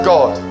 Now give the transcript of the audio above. God